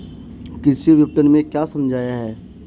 कृषि विपणन में क्या समस्याएँ हैं?